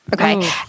okay